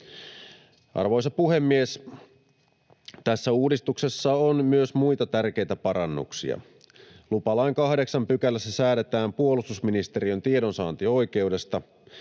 Arvoisa puhemies! Tässä uudistuksessa on myös muita tärkeitä parannuksia. Lupalain 8 §:ssä säädetään puolustusministeriön tiedonsaantioikeudesta.